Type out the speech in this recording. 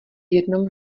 jednom